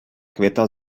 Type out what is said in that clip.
květa